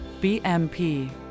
BMP